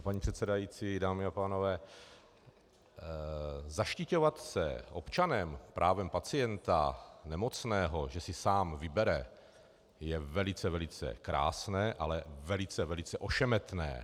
Paní předsedající, dámy a pánové, zaštiťovat se občanem, právem pacienta, nemocného, že si sám vybere, je velice, velice krásné, ale velice, velice ošemetné.